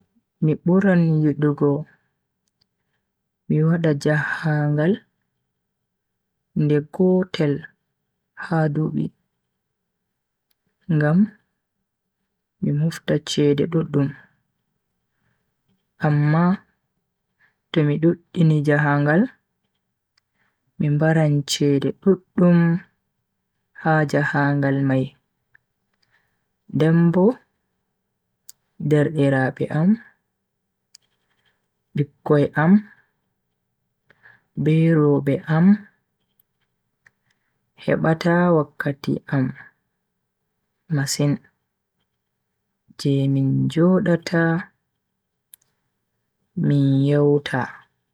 Mi buran yidugo mi wada jahangal nde gotel ha dubi, ngam mi mofta cede duddum. amma to mi duddini jahangal, mi mbaran chede duddum ha jahangal mai den bo derdiraabe am, bikkoi am be robe am hebata wakkati am masin je min jodata min yewta.